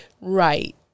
Right